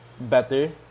better